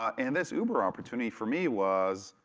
and this uber opportunity for me was,